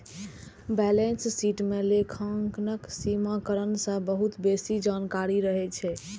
balance sheet मे लेखांकन समीकरण सं बहुत बेसी जानकारी रहै छै